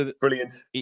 Brilliant